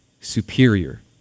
superior